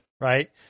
Right